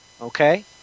Okay